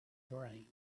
brain